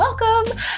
welcome